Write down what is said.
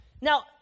Now